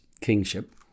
kingship